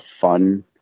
fun